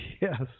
Yes